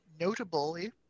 notably